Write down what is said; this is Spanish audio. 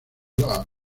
dolor